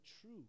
true